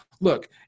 look